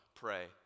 pray